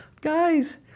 guys